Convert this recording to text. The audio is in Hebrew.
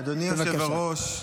אדוני היושב-ראש,